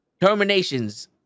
terminations